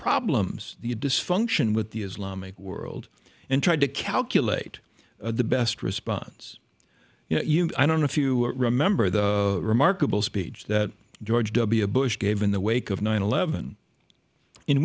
problems the dysfunction with the islamic world and tried to calculate the best response you know i don't know if you remember the remarkable speech that george w bush gave in the wake of nine eleven in